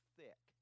thick